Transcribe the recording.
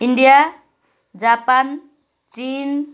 India Japan Chin